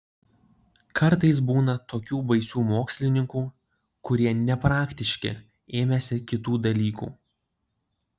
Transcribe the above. kartais būna tokių baisių mokslininkų kurie nepraktiški ėmęsi kitų dalykų